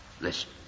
Listen